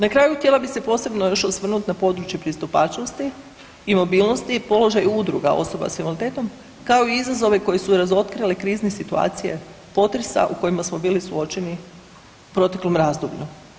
Na kraju htjela bih se posebno još osvrnuti na područje pristupačnosti i mobilnosti i položaj udruga osoba s invaliditetom kao i izazove koje su razotkrile krizne situacije potresa u kojima smo bili suočeni u proteklom razdoblju.